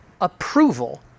approval